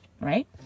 right